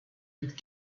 that